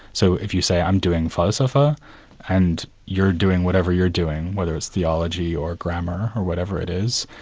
so if you say, i'm doing falsafa and you're doing whatever you're doing, whether it's theology or grammar or whatever it is,